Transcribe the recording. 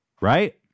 Right